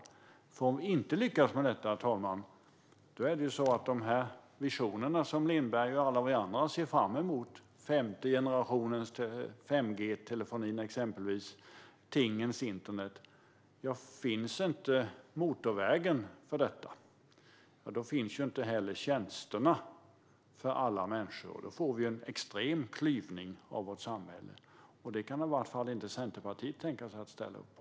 Om vi inte lyckas med detta, herr talman, om inte motorvägen finns för de visioner som Lindberg och alla vi andra ser fram emot, till exempel 5G-telefoni och tingens internet, då finns inte heller tjänsterna för alla människor. Då blir det en extrem klyvning av vårt samhälle. Det kan i varje fall Centerpartiet inte tänka sig att ställa upp på.